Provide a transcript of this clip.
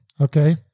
Okay